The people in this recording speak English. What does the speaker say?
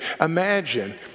Imagine